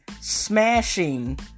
smashing